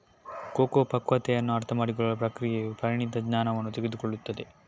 cocoa ಪಕ್ವತೆಯನ್ನು ಅರ್ಥಮಾಡಿಕೊಳ್ಳಲು ಪ್ರಕ್ರಿಯೆಯು ಪರಿಣಿತ ಜ್ಞಾನವನ್ನು ತೆಗೆದುಕೊಳ್ಳುತ್ತದೆ